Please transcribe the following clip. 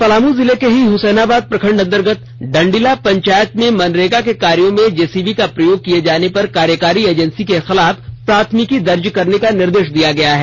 पलामू जिले के हुसैनाबाद प्रखण्ड अंतगर्त डंडिला पंचायत में मनरेगा के कार्यो में जेसीबी का प्रयोग किये जाने पर कार्यकारी एजेंसी के खिलाफ प्राथमिकी दर्ज करने का निर्देश दिया गया है